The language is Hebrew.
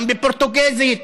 גם בפורטוגזית,